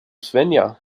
svenja